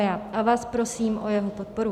A vás prosím o jeho podporu.